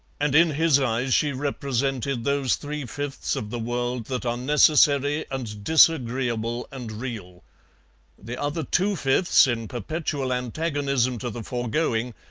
and in his eyes she represented those three-fifths of the world that are necessary and disagreeable and real the other two-fifths, in perpetual antagonism to the foregoing,